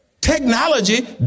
Technology